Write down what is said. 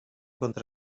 contra